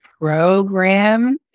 program